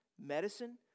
medicine